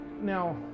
Now